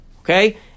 Okay